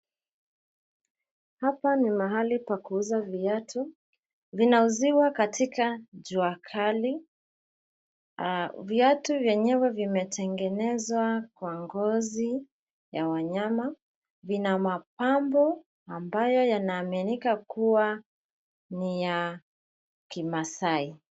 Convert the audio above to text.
Hapa ni mahali pa kuuza viatu, vinauziwa katika jua kali. Viatu venyewe vimetengenezwa kwa ngozi ya wanyama, vina mapambo ambayo yanaaminika kuwa ni ya kimaasai.